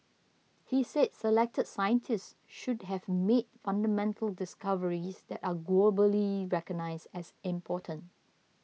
he said selected scientists should have made fundamental discoveries that are globally recognised as important